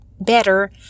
better